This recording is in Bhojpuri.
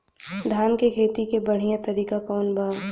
धान के खेती के बढ़ियां तरीका कवन बा?